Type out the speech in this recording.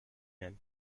même